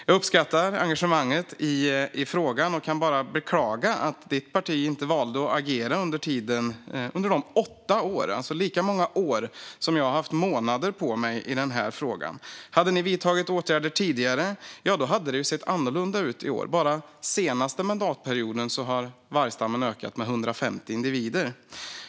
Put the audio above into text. Jag uppskattar engagemanget i frågan och kan bara beklaga att ledamotens parti inte valde att agera under sina åtta år - alltså lika många år som jag har haft månader på mig i den här frågan. Hade ni vidtagit åtgärder tidigare hade det sett annorlunda ut i år. Bara den senaste mandatperioden har vargstammen ökat med 150 individer.